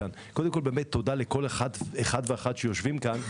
תודה לכל אחד ואחת שיושב כאן.